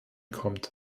kommt